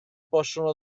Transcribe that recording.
possono